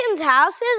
houses